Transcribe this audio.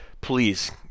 please